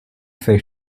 fait